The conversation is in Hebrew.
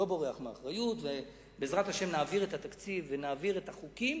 לא בורח מאחריות ובעזרת השם נעביר את התקציב ונעביר את החוקים